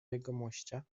jegomościa